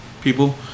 people